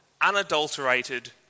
unadulterated